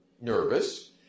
nervous